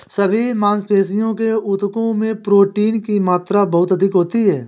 सभी मांसपेशियों के ऊतकों में प्रोटीन की मात्रा बहुत अधिक होती है